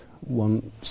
one